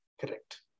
Correct